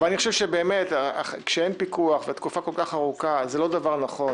אבל אני חושב שבאמת כשאין פיקוח כבר תקופה כל כך ארוכה זה לא דבר נכון